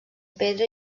pedra